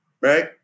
right